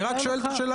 אני רק שואל את השאלה.